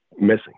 missing